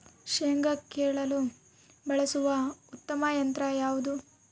ಶೇಂಗಾ ಕೇಳಲು ಬಳಸುವ ಉತ್ತಮ ಯಂತ್ರ ಯಾವುದು?